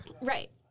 Right